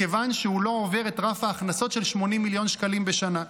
מכיוון שהוא לא עובר את רף ההכנסות של 80 מיליון שקלים בשנה.